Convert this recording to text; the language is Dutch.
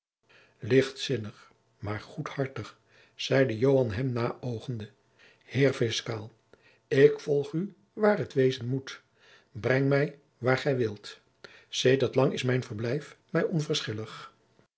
lichtzinnig maar goedhartig zeide joan hem näoogende heer fiscaal ik volg u waar het wezen moet breng mij waar gij wilt sedert lang is mijn verblijf mij